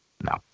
No